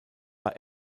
war